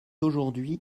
aujourd’hui